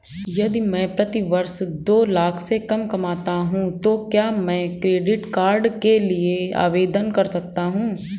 यदि मैं प्रति वर्ष दो लाख से कम कमाता हूँ तो क्या मैं क्रेडिट कार्ड के लिए आवेदन कर सकता हूँ?